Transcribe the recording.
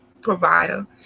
provider